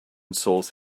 source